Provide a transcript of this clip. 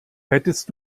hättest